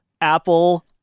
Apple